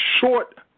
short